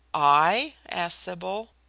i? asked sybil.